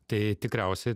tai tikriausiai